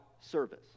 service